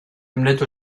omelette